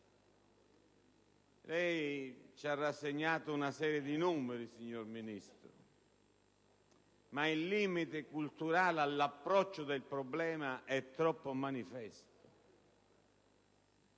lei ci ha rassegnato una serie di numeri, ma il limite culturale all'approccio del problema è troppo manifesto.